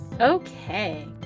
okay